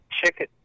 chicken